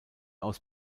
aus